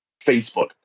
Facebook